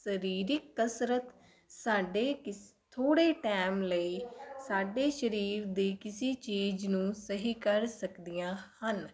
ਸਰੀਰਿਕ ਕਸਰਤ ਸਾਡੇ ਇਸ ਥੋੜ੍ਹੇ ਟਾਈਮ ਲਈ ਸਾਡੇ ਸਰੀਰ ਦੀ ਕਿਸੀ ਚੀਜ਼ ਨੂੰ ਸਹੀ ਕਰ ਸਕਦੀਆਂ ਹਨ